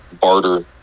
barter